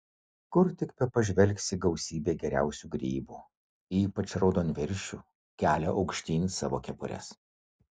kur tik bepažvelgsi gausybė geriausių grybų ypač raudonviršių kelia aukštyn savo kepures